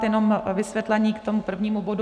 Jenom vysvětlení k tomu prvnímu bodu.